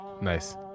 nice